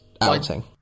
outing